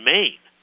Maine